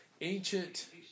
ancient